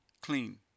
clean